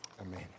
Amen